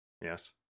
Yes